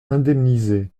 indemnisée